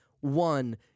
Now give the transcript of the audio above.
one